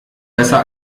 besser